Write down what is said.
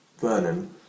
Vernon